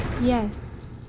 Yes